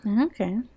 Okay